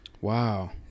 Wow